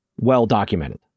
well-documented